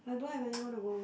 but I don't have anyone to go